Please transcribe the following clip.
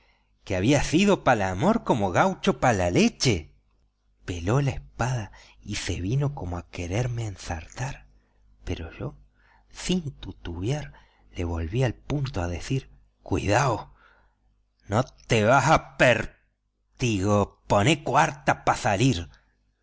que había sido pa el amor como gaucho pa la leche peló la espalda y se vino como a quererme ensartar pero yo sin tutubiar le volví al punto a decir cuidado no te vas a per tigo poné cuarta pa salir